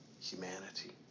humanity